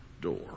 door